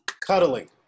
Cuddling